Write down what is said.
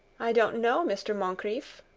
i don't know, mr. moncrieff.